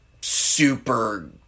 super